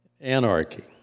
anarchy